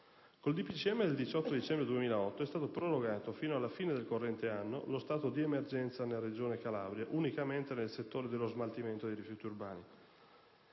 ministri del 18 dicembre 2008 è stato prorogato fino alla fine del corrente anno lo stato di emergenza nella Regione Calabria unicamente nel settore dello smaltimento dei rifiuti urbani.